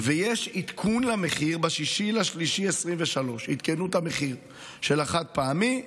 ויש עדכון למחיר ב-6 במרץ 2023. עדכנו את המחיר של החד-פעמי.